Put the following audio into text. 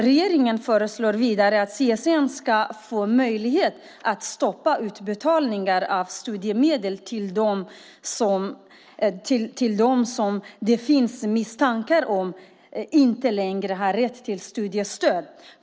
Regeringen föreslår vidare att CSN ska få möjlighet att stoppa utbetalningar av studiemedel till dem som det finns misstankar om inte längre har rätt till studiestöd.